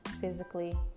physically